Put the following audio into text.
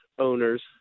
owners